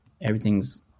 everything's